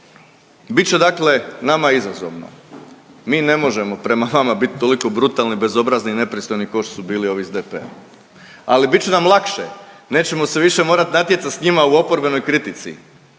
Bit će dakle nama izazovno, mi ne možemo prema vama bit toliko brutalni, bezobrazni i nepristojni ko što su bili ovi iz DP-a, ali bit će nam lakše, nećemo se više morat natjecat s njima u oporbenoj kritici